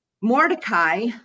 Mordecai